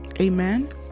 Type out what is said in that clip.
amen